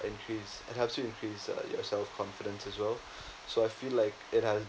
increase it helps you increase uh your self-confidence as well so I feel like it has